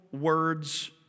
words